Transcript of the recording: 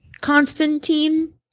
Constantine